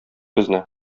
безне